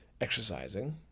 exercising